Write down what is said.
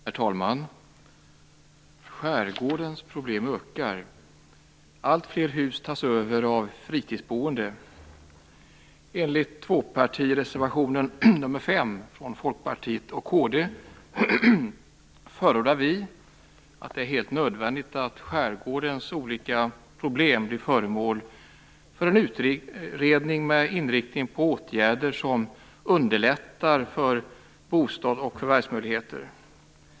Herr talman! Skärgårdens problem ökar. Alltfler hus tas över av fritidsboende. Enligt tvåpartireservationen nr 5 från Folkpartiet och kd förordar vi att det är helt nödvändigt att skärgårdens olika problem blir föremål för en utredning med inriktning på åtgärder som underlättar bostads och förvärvsmöjligheter.